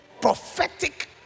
prophetic